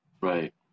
Right